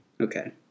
Okay